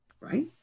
Right